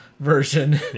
Version